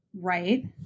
Right